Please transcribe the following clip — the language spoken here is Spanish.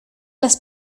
las